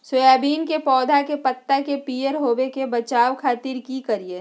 Soybean के पौधा के पत्ता के पियर होबे से बचावे खातिर की करिअई?